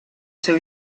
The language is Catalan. seu